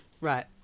Right